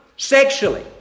Sexually